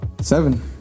seven